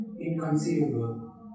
inconceivable